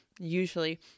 usually